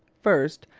first,